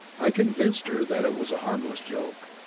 i convinced her that it was a harmless joke.